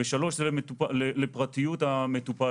ושלוש - לפרטיות המטופל,